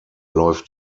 läuft